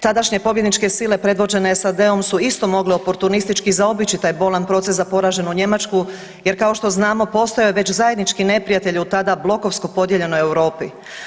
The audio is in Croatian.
Tadašnje pobjedničke sile predvođene SAD-om su isto mogle oportunistički zaobići taj bolan proces za poraženu Njemačku, jer kao što znamo postojao je već zajednički neprijatelj u tada blokovsko podijeljenoj Europi.